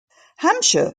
hampshire